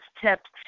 tips